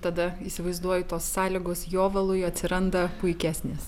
tada įsivaizduoju tos sąlygos jovalui atsiranda puikesnės